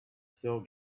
still